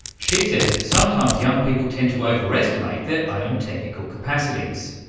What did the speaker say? she says sometimes young people tend to overestimate their own technical capacities.